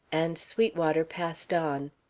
and sweetwater passed on.